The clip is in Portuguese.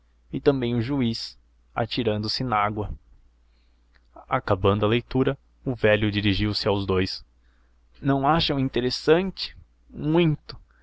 e também o juiz atirando-se nágua acabando a leitura o velho dirigiu-se aos dous não acham interessante muito